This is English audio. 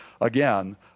again